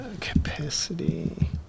Capacity